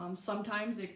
um sometimes it,